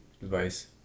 device